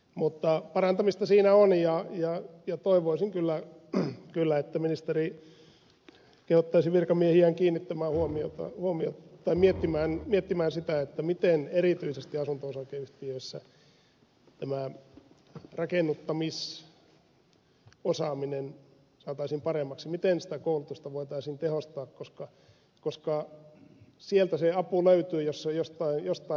mutta parantamista siinä on ja toivoisin kyllä että ministeri kehottaisi virkamiehiään kiinnittämään huomiota tai miettimään sitä miten erityisesti asunto osakeyhtiöissä tämä rakennuttamisosaaminen saataisiin paremmaksi miten sitä koulutusta voitaisiin tehostaa koska sieltä se apu löytyy jos se on jostain löytyäkseen